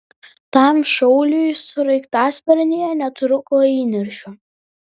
tam šauliui sraigtasparnyje netrūko įniršio